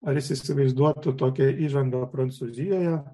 ar jis įsivaizduotų tokią įžangą prancūzijoje